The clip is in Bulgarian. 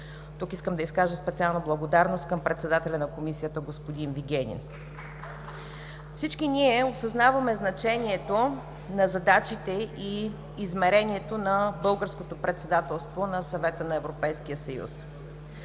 Тук искам да изкажа специална благодарност към председателя на Комисията господин Вигенин. (Единични ръкопляскания.) Всички ние осъзнаваме значението на задачите и измерението на българското председателство на Съвета на Европейския съюз.